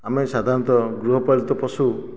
ଆମେ ସାଧାରଣତଃ ଗୃହପାଳିତ ପଶୁ